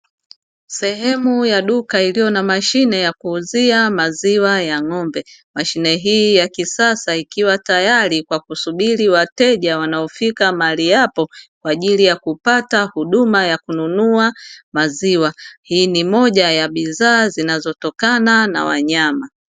Sehemu ya duka iliyo na Mashine ya kuuzia maziwa ya ng’ombe, mashine hii ya kisasa ikiwa tayari kwa kusubiri wateja wanaofika mahali hapo kwa ajili ya kupata huduma ya kununua maziwa, hii ni moja ya bidhaa zinazotokana na wanyama.